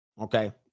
okay